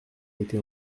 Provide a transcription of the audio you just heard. été